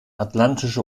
atlantische